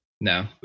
No